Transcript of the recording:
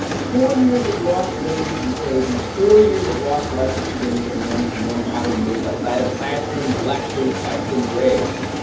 four years of lost wages and savings, four years of lost life experience and learning in more modern ways outside of classrooms, lectures, tests, and grades.